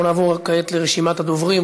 אנחנו נעבור כעת לרשימת הדוברים.